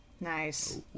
Nice